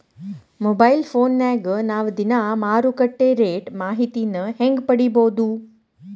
Mobile ಫೋನ್ಯಾಗ ನಾವ್ ದಿನಾ ಮಾರುಕಟ್ಟೆ ರೇಟ್ ಮಾಹಿತಿನ ಹೆಂಗ್ ಪಡಿಬೋದು?